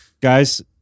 Guys